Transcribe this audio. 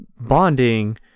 bonding